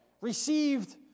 received